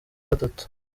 gatatu